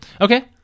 Okay